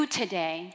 today